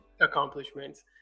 accomplishments